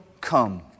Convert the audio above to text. come